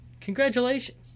congratulations